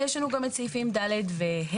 ויש לנו גם את סעיפים (ד) ו-(ה)